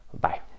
Bye